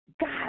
God